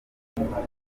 umuyobozi